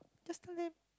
just tell them